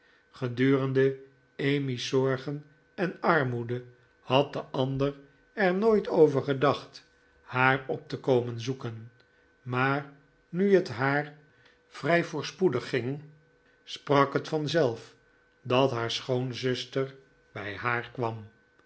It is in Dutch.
gediirende emmy's zorgen en armoede had de ander er nooit over gedacht haar op te komen zoeken maar nu het haar vrij voorspoedig ging sprak het vanzelf dat haar schoonzuster bij haar kwam